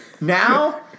Now